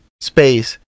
space